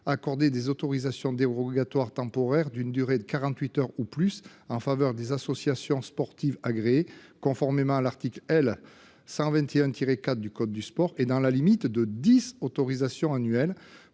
accorder des autorisations dérogatoires temporaires, d’une durée de quarante huit heures au plus […] en faveur :[…] des associations sportives agréées conformément à l’article L. 121 4 du code du sport et dans la limite des dix autorisations annuelles